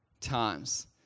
times